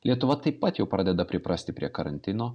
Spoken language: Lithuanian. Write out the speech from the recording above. lietuva taip pat jau pradeda priprasti prie karantino